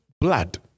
blood